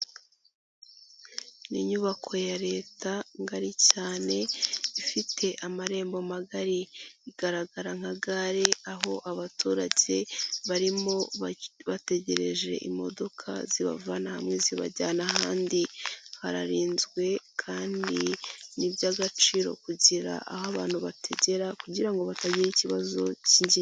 Ni inyubako ya leta ngari cyane ifite amarembo magari, igaragara nka gare aho abaturage barimo bategereje imodoka zibavana hamwe zibajyana ahandi. Hararinzwe kandi ni iby'agaciro kugira aho abantu bategera kugira ngo batagira ikibazo k'ingenzi.